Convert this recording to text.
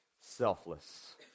selfless